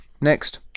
Next